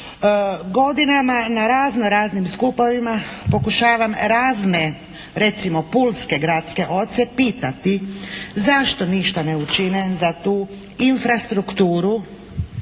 Godinama na razno raznim skupovima pokušavam razne recimo pulske gradske oce pitati zašto ništa ne učine za tu infrastrukturu